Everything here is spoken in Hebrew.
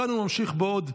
כאן הוא ממשיך עוד.